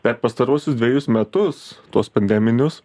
per pastaruosius dvejus metus tuos pandeminius